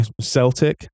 Celtic